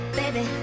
baby